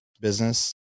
business